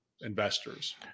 investors